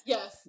Yes